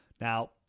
Now